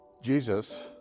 Jesus